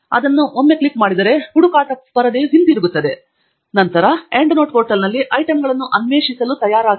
ಅದನ್ನು ಒಮ್ಮೆ ಮಾಡಿದರೆ ಹುಡುಕಾಟ ಪರದೆಯು ಹಿಂತಿರುಗುತ್ತದೆ ಮತ್ತು ನಂತರ ನೀವು ಎಂಡ್ ನೋಟ್ ಪೋರ್ಟಲ್ನಲ್ಲಿ ಐಟಂಗಳನ್ನು ಅನ್ವೇಷಿಸಲು ತಯಾರಾಗಿದ್ದೀರಿ